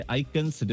icons